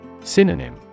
Synonym